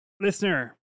Listener